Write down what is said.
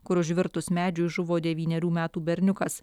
kur užvirtus medžiui žuvo devynerių metų berniukas